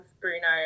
Bruno